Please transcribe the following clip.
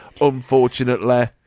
unfortunately